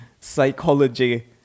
psychology